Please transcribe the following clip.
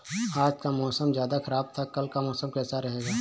आज का मौसम ज्यादा ख़राब था कल का कैसा रहेगा?